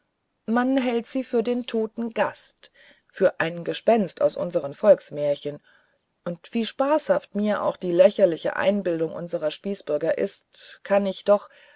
man hält sie für den toten gast für ein gespenst aus unseren volksmärchen und wie spaßhaft mir auch die lächerliche einbildung unserer spießbürger ist kann ich doch